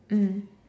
mm